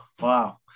Wow